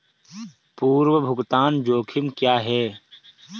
पूर्व भुगतान जोखिम क्या हैं?